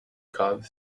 cobb